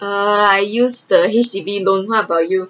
err I used the H_D_B loan what about you